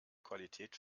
qualität